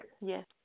Yes